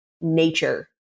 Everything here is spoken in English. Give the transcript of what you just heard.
nature